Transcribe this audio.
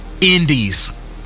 indies